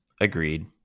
Agreed